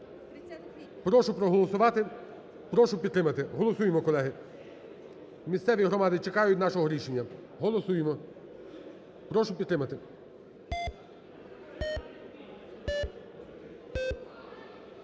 Прошу проголосувати, прошу підтримати, колеги. місцеві громади чекають нашого рішення, голосуємо. Прошу підтримати.